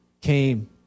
came